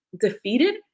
defeated